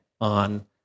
on